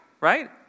right